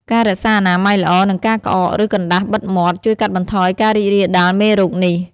ការរក្សាអនាម័យល្អ និងការក្អក ឬកណ្តាស់បិទមាត់ ជួយកាត់បន្ថយការរីករាលដាលមេរោគនេះ។